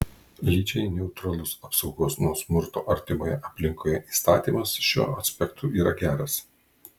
lyčiai neutralus apsaugos nuo smurto artimoje aplinkoje įstatymas šiuo aspektu yra geras